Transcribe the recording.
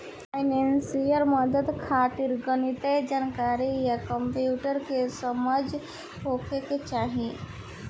financial मदद खातिर गणितीय जानकारी आ कंप्यूटर के समझ होखे के चाही